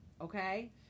Okay